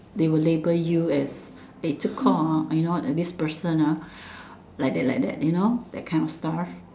they were label you as they took call you know this person ah like that like that you know that kind of stuff